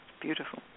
Beautiful